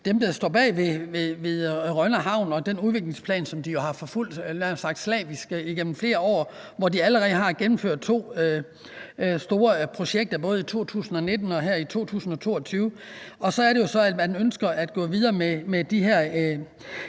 dem, der står bag Rønne Havn, og den udviklingsplan, som de jo har forfulgt nærmest slavisk igennem flere år. De har allerede gennemført to store projekter, både i 2019 og i 2022, og nu ønsker de jo så at gå videre med de her